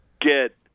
get